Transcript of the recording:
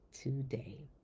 today